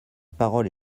parole